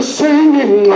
singing